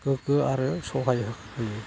गोग्गो आरो सहाय होयो